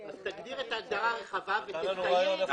אז תגדיר את ההגדרה באופן רחב ותסייג.